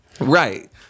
Right